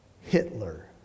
Hitler